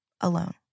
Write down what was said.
alone